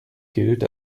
gilt